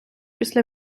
після